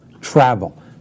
travel